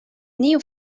new